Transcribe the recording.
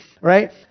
Right